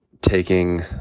taking